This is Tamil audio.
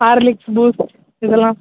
ஹார்லிக்ஸ் பூஸ்ட் இதெல்லாம்